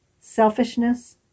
selfishness